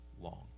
long